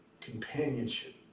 companionship